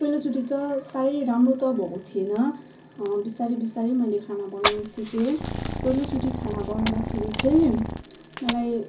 पहिलोचोटि त साह्रै राम्रो त भएको त थिएन बिस्तारी बिस्तारी मैले खाना बनाउनु सिकेँ पहिलोचोटि खाना बनाउँदाखेरि चाहिँ मलाई